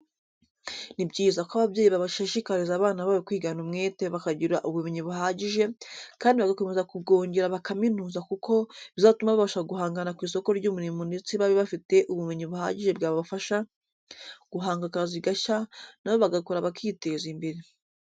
Ni byiza ko ababyeyi bashishikariza abana babo kwigana umwete bakagira ubumenyi buhagije, kandi bagakomeza kubwongera bakaminuza kuko bizatuma babasha guhangana ku isoko ry'umurimo ndetse babe bafite ubumenyi buhagije bwabashasha guhanga akazi gashya na bo bagakora bakiteza imbere